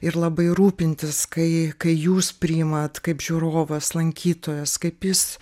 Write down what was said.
ir labai rūpintis kai kai jūs priimat kaip žiūrovas lankytojas kaip jis